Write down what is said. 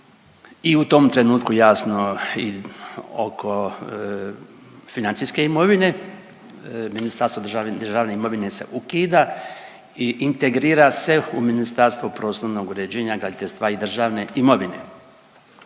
i u tom trenutku jasno i oko financijske imovine Ministarstvo državne imovine se ukida i integrira se u Ministarstvo prostornog uređenja, graditeljstva i državne imovine.